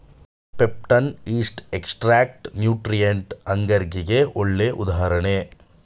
peptone, yeast extract nutrient ಅಗರ್ಗೆ ಗೆ ಒಳ್ಳೆ ಉದಾಹರಣೆ